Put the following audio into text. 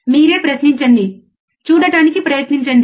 మీరే ప్రశ్నించుకోండి చూడటానికి ప్రయత్నించండి